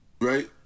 right